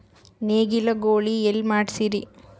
ನೇಗಿಲ ಗೂಳಿ ಎಲ್ಲಿ ಮಾಡಸೀರಿ?